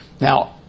Now